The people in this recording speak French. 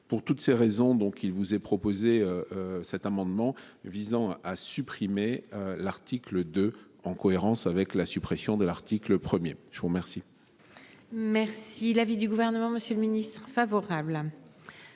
Pour toutes ces raisons, donc, il vous est proposé. Cet amendement visant à supprimer l'article. En cohérence avec la suppression de l'article 1er, je vous remercie. Merci l'avis du gouvernement, Monsieur le Ministre favorable.